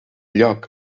lloc